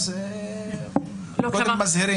נדרשת אזהרה קודם.